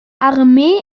armee